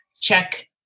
check